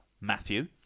Matthew